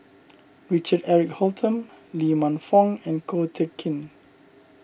Richard Eric Holttum Lee Man Fong and Ko Teck Kin